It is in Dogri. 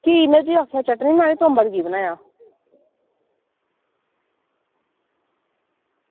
की में तुगी आक्खेआ चटनी बनानी तू अम्बल की बनाया